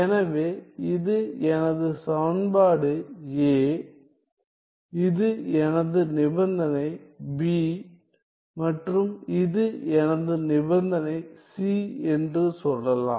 எனவே இது எனது சமன்பாடு A இது எனது நிபந்தனை B மற்றும் இது எனது நிபந்தனை C என்று சொல்லலாம்